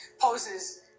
poses